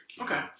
Okay